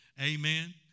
Amen